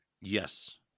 Yes